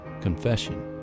confession